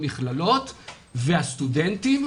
המכללות והסטודנטים,